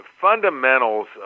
fundamentals